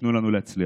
וייתנו לנו להצליח.